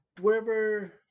wherever